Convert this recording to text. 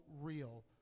real